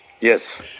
Yes